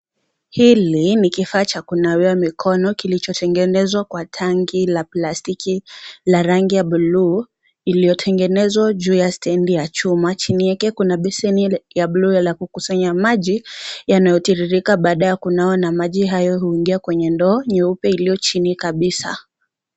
Hili ni kifaa cha kunawia mikono kilichotengenezwa kwa tanki la plastiki la rangia bluu iliotengenezwa juu ya stendi ya chuma chini yake kuna besheni ya bluue la kukusanya maji yanayotiririka badaa ya kunawa na maji hayo hungia kwenye ndoo nyeupe iliyo chini kabisa.